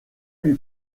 lui